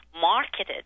marketed